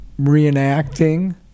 reenacting